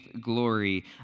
glory